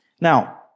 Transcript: Now